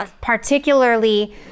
Particularly